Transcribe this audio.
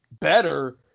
better